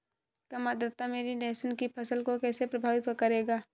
कम आर्द्रता मेरी लहसुन की फसल को कैसे प्रभावित करेगा?